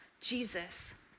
Jesus